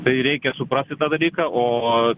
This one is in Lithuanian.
tai reikia suprasti tą dalyką o